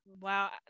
wow